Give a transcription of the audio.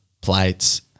plates